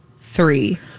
three